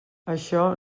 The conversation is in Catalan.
això